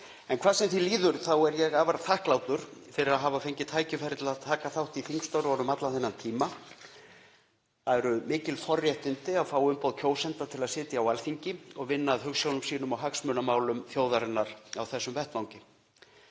En hvað sem því líður er ég afar þakklátur fyrir að hafa fengið tækifæri til að taka þátt í þingstörfunum allan þennan tíma. Það eru mikil forréttindi að fá umboð kjósenda til að sitja á Alþingi og vinna að hugsjónum sínum og hagsmunamálum þjóðarinnar á þessum vettvangi.